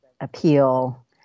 appeal